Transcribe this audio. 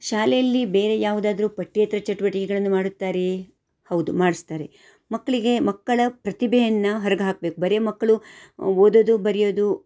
ಶಾಲೆಯಲ್ಲಿ ಬೇರೆ ಯಾವುದಾದ್ರು ಪಠ್ಯೇತರ ಚಟುವಟಿಕೆಗಳನ್ನು ಮಾಡುತ್ತಾರೆಯೇ ಹೌದು ಮಾಡಿಸ್ತಾರೆ ಮಕ್ಕಳಿಗೆ ಮಕ್ಕಳ ಪ್ರತಿಭೆಯನ್ನು ಹೊರ್ಗೆ ಹಾಕ್ಬೇಕು ಬರೀ ಮಕ್ಕಳು ಓದೋದು ಬರೆಯೋದು